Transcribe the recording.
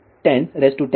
तो 3 ×10102110922